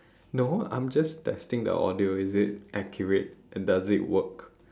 no I'm just testing the audio is it accurate and does it work